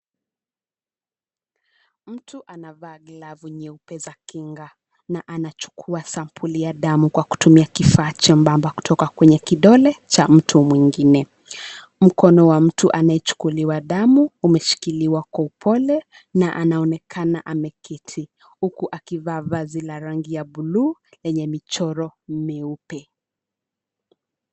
Mtu anavaa glavu nyeupe za kinga na anachukua sampuli ya damu kwa kutumia kifaa chembamba kutoka kwenye kidole cha mtu mwingine. Mkono wa mtu anayechukuliwa damu, umeshikiliwa kwa upole na anaonekana ameketi huku akivaa vazi la rangi ya buluu lenye michoro meupe.